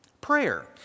Prayer